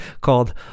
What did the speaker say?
called